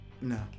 No